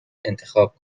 انتخاب